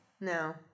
no